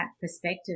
perspective